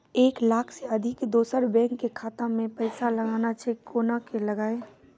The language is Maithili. एक लाख से अधिक दोसर बैंक के खाता मे पैसा लगाना छै कोना के लगाए?